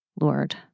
Lord